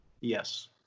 Yes